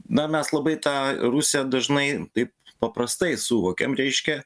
na mes labai tą rusiją dažnai taip paprastai suvokiam reiškia